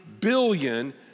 billion